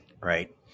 right